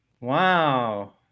Wow